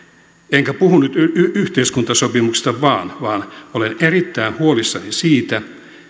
enkä puhu nyt vain yhteiskuntasopimuksesta vaan vaan olen erittäin huolissani siitä